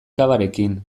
cavarekin